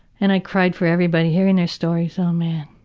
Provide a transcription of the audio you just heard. and, i cried for everybody hearing their stories. um and